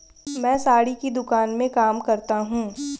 मैं साड़ी की दुकान में काम करता हूं